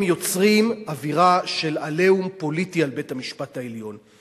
הם יוצרים אווירה של "עליהום" פוליטי על בית-המשפט העליון.